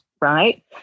Right